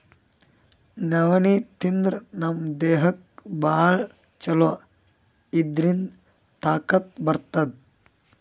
ನವಣಿ ತಿಂದ್ರ್ ನಮ್ ದೇಹಕ್ಕ್ ಭಾಳ್ ಛಲೋ ಇದ್ರಿಂದ್ ತಾಕತ್ ಬರ್ತದ್